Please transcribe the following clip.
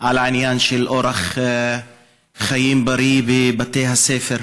בעניין של אורח חיים בריא בבתי הספר.